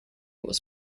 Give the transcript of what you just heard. was